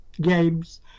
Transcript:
games